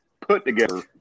put-together